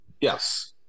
yes